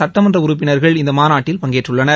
சட்டமன்ற உறுப்பினர்கள் இந்த மாநாட்டில் பங்கேற்றுள்ளனர்